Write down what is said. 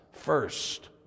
first